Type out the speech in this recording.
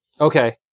Okay